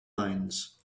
lines